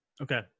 Okay